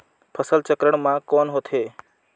फसल चक्रण मा कौन होथे?